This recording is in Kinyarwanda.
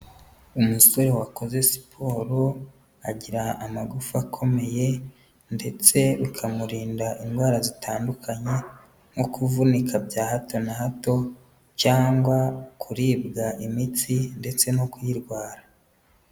Umusore wakoze siporo agira amagufa akomeye ndetse bikamurinda indwara zitandukanye, nko kuvunika bya hato na hato cyangwa kuribwa imitsi ndetse no kuyirwara.